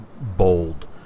bold